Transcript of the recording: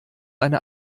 eine